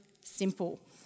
simple